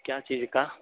क्या चीज़ का